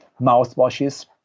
mouthwashes